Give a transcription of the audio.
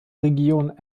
region